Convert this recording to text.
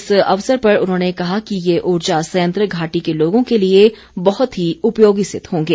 इस अवसर पर उन्होंने कहा कि ये उर्जा संयंत्र घाटी के लोगों के लिए बहुत ही उपयोगी सिद्व होंगे